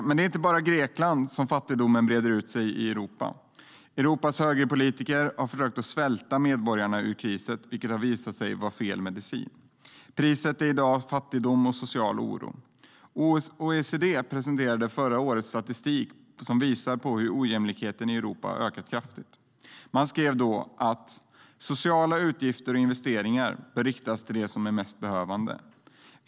Det är dock inte bara i Grekland som fattigdomen breder ut sig i Europa. Europas högerpolitiker har försökt svälta medborgarna ur krisen, vilket har visat sig vara fel medicin. Priset är i dag fattigdom och social oro. OECD presenterade förra året statistik som visar att ojämlikheten i Europa har ökat kraftigt. De skrev: Sociala utgifter och investeringar bör riktas till de mest behövande.